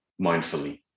mindfully